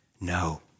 No